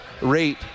rate